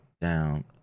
down